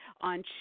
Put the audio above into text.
on